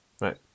right